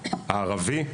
הערבי,